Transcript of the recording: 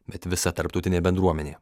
bet visa tarptautinė bendruomenė